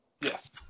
Yes